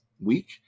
week